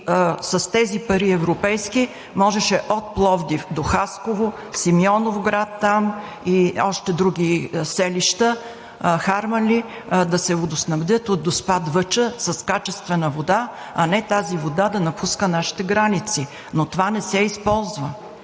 с тези европейски пари можеше от Пловдив до Хасково, Симеоновград и още други селища – Харманли, да се водоснабдят от Доспат – Въча с качествена вода, а не тази вода да напуска нашите граници, но това не се използва.